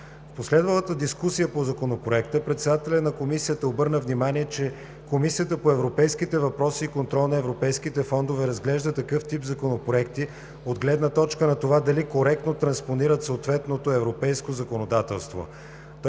В последвалата дискусия по Законопроекта председателят на Комисията обърна внимание, че Комисията по европейските въпроси и контрол на европейските фондове разглежда такъв тип законопроекти от гледна точка на това дали коректно транспонират съответното европейско законодателство.